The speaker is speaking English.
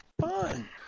fun